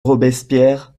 robespierre